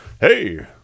Hey